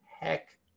Heck